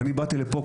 אני באתי לפה,